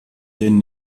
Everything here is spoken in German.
denen